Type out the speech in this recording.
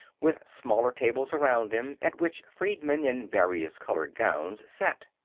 with smaller tables around them, at which freedmen in variously colored gowns sat.